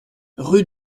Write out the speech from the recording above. rue